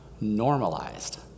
normalized